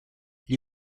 gli